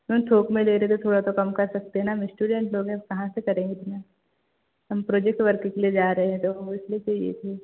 ma'am थोक में ले रहे हैं तो थोड़ा सा कम कर सकते हैं न हम स्टूडेंट कहा से करेंगे इतना हम प्रोजेट वर्क के लिए जा रहे हैं तो हमें इसलिए चाहिए थे